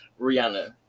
Rihanna